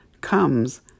comes